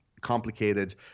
complicated